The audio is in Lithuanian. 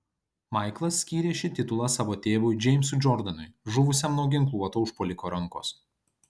maiklas skyrė šį titulą savo tėvui džeimsui džordanui žuvusiam nuo ginkluoto užpuoliko rankos